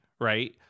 right